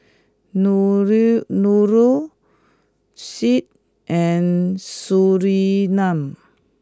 Nurul Syed and Surinam